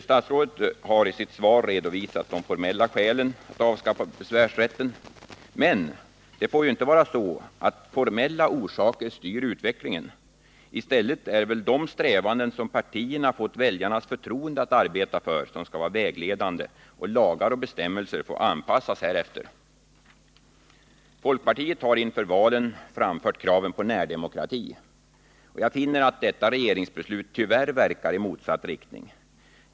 Statsrådet har i sitt svar redovisat de formella skälen till att avskaffa besvärsrätten. Men det får ju inte vara så, att formella orsaker styr utvecklingen. I stället är det väl de strävanden partierna har fått väljarnas förtroende att arbeta för som skall vara vägledande, och lagar och bestämmelser får anpassas därefter. Folkpartiet har inför valen framfört kraven på närdemokrati. Jag finner att detta regeringsbeslut tyvärr verkar i motsatt riktning.